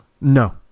No